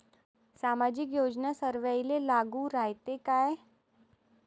सामाजिक योजना सर्वाईले लागू रायते काय?